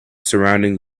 surrounding